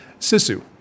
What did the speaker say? Sisu